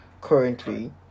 currently